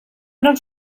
not